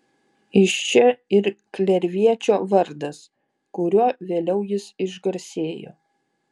iš čia ir klerviečio vardas kuriuo vėliau jis išgarsėjo